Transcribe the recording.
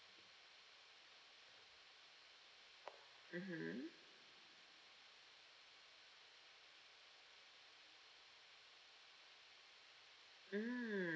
mmhmm mm